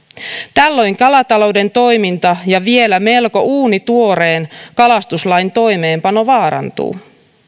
tällöin kalatalouden toiminta ja vielä melko uunituoreen kalastuslain toimeenpano vaarantuu